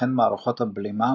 וכן מערכת הבלימה,